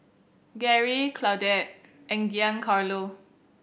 Garry Claudette and Giancarlo